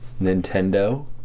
Nintendo